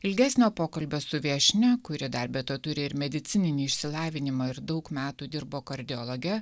ilgesnio pokalbio su viešnia kuri dar be to turi ir medicininį išsilavinimą ir daug metų dirbo kardiologe